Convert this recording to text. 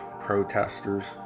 protesters